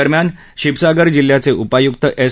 दरम्यान शिबसागर जिल्ह्याचे उपायुक एस